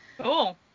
Cool